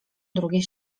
drugie